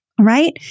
right